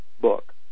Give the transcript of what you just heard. book